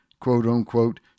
quote-unquote